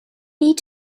need